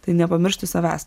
tai nepamiršti savęs